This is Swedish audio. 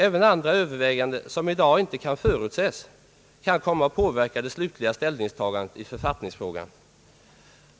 Även andra överväganden, som i dag inte kan förutses, kan komma att påverka det slutliga ställningstagandet i författningsfrågan.